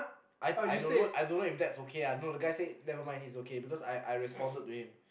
I I don't know I don't know if that's okay lah no the guy said never mind he's okay because I I responded to him